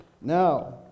Now